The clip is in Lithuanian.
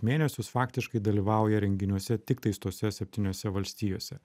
mėnesius faktiškai dalyvauja renginiuose tiktais tose septyniose valstijose